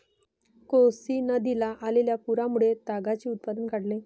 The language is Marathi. कोसी नदीला आलेल्या पुरामुळे तागाचे उत्पादन वाढले